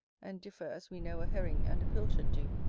and differ as we know a herring and a pilchard do,